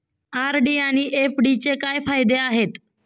RD आणि एफ.डीचे काय फायदे आहेत?